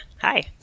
hi